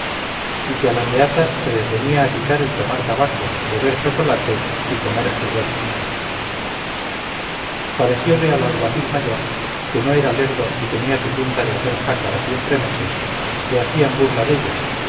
y que a las beatas se les venía a quitar el tomar tabaco beber chocolate y comer jigote parecióle al alguacil mayor que no era lerdo y tenía su punta de hacer jácaras y entremeses que hacían burla dellos